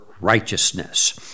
righteousness